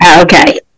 Okay